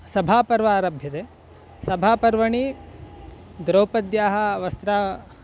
सभापर्व आरभ्यते सभापर्वणि द्रौपद्याः वस्त्रं